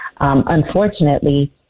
Unfortunately